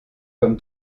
comme